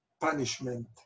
punishment